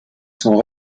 sont